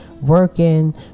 working